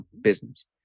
business